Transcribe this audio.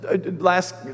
Last